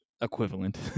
equivalent